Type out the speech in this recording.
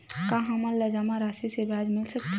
का हमन ला जमा राशि से ब्याज मिल सकथे?